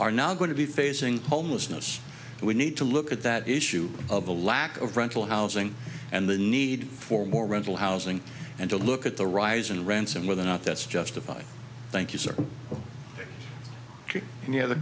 are now going to be facing homelessness and we need to look at that issue of the lack of rental housing and the need for more rental housing and to look at the rising rents and without that's justified thank you sir and the